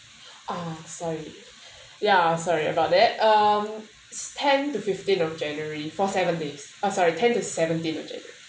ah sorry ya sorry about that um it's ten to fifteen of january for seven days uh sorry ten to seventeen of january